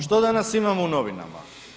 Što danas imamo u novinama?